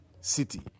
city